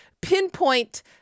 pinpoint